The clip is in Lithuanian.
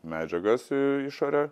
medžiagas į išorę